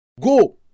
Go